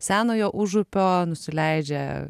senojo užupio nusileidžia